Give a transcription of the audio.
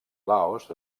laos